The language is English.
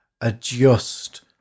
adjust